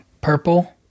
purple